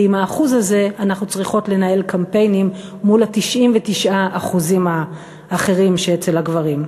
ועם ה-1% הזה אנחנו צריכות לנהל קמפיינים מול 99% האחרים שאצל הגברים.